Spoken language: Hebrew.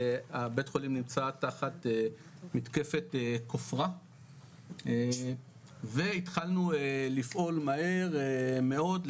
בית החולים נמצא תחת מתקפת כופרה והתחלנו לפעול מהר מאוד,